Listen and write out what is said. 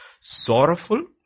Sorrowful